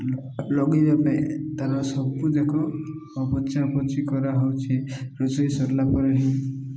ଲଗେଇବା ପାଇଁ ତାର ସବୁଯାକ ପୋଛା ପୋଛି କରାହଉଛି ରୋଷେଇ ସରିଲା ପରେ ହିଁ